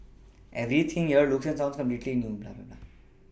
everything here looks and sounds completely new